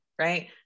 right